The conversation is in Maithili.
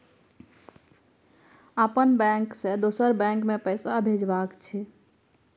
अपन बैंक से दोसर बैंक मे पैसा भेजबाक छै?